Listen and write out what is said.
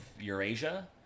Eurasia